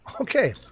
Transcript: Okay